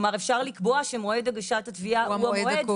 כלומר אפשר לקבוע שמועד הגשת התביעה הוא המועד הקובע,